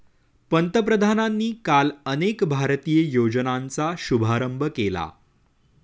पंतप्रधानांनी काल अनेक भारतीय योजनांचा शुभारंभ केला